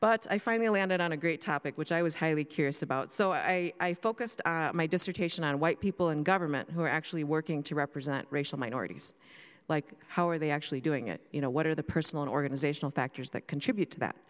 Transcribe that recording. but i finally landed on a great topic which i was highly curious about so i focused my dissertation on white people in government who are actually working to represent racial minorities like how are they actually doing it you know what are the personal an organizational factors that contribute to that